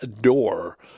Door